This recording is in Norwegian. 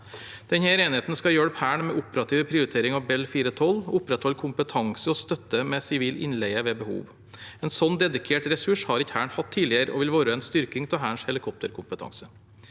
Denne enheten skal hjelpe Hæren med operativ prioritering av Bell 412, opprettholde kompetanse og støtte med sivil innleie ved behov. En slik dedikert ressurs har ikke Hæren hatt tidligere, og det vil være en styrking av Hærens helikopterkompetanse.